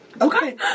Okay